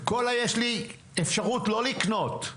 קולה יש לי אפשרות לא לקנות.